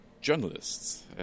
journalists